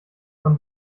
von